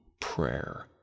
prayer